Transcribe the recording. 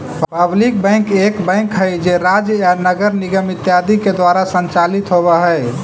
public bank एक bank हइ जे राज्य या नगर निगम इत्यादि के द्वारा संचालित होवऽ हइ